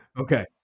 Okay